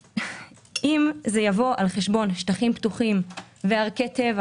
אם זה יבוא על חשבון שטחים פתוחים וערכי טבע